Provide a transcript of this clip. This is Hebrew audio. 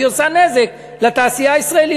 והיא עושה נזק לתעשייה הישראלית,